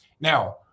Now